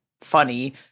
funny